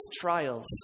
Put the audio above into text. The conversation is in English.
trials